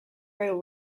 rail